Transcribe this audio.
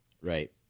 Right